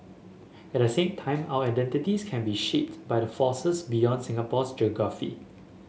at the same time our identities can be shaped by the forces beyond Singapore's geography